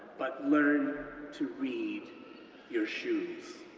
but learn to read your shoes.